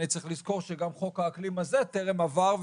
אני צריך לזכור שגם חוק האקלים הזה טרם עבר,